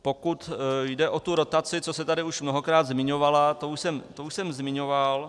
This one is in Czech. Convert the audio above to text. Pokud jde o tu rotaci, co se tady už mnohokrát zmiňovala, to už jsem zmiňoval.